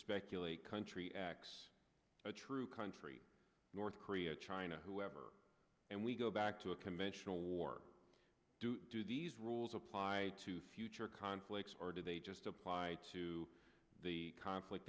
speculate country x true country north korea china whoever and we go back to a conventional war do these rules apply to future conflicts or do they just apply to the conflict